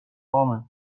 عامه